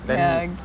the